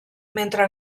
mentre